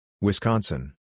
Wisconsin